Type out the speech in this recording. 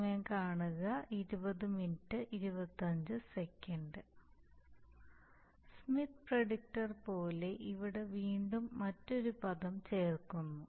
Smith predictor പോലെ ഇവിടെ വീണ്ടും മറ്റൊരു പദം ചേർക്കുന്നു